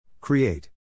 Create